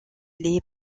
les